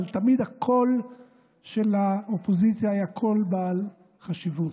תמיד הקול של האופוזיציה היה קול בעל חשיבות.